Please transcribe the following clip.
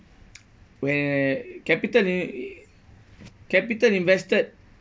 where capital in~ capital invested